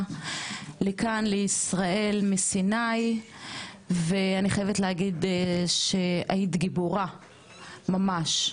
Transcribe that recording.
לכאן לישראל מסיני ואני חייבת להגיד שהיית גיבורה ממש,